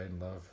love